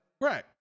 right